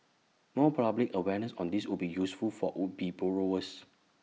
more public awareness on this would be useful for would be borrowers